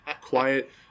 quiet